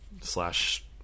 slash